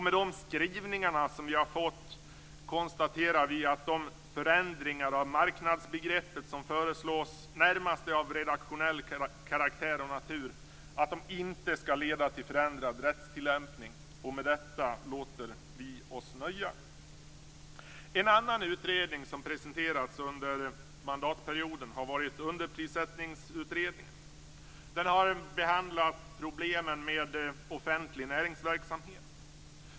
Med de skrivningar som vi har fått konstaterar vi att de förändringar av marknadsbegreppet som föreslås närmast är av redaktionell karaktär och natur och inte skall leda till förändrad rättstillämpning. Med detta låter vi oss nöja. En annan utredning som presenterats under mandatperioden har varit Underprissättningsutredningen. Den har behandlat problemen med offentlig näringsverksamhet.